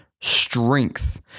strength